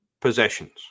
possessions